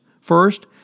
First